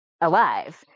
alive